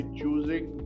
choosing